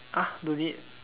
ah no need